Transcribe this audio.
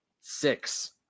Six